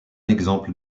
exemple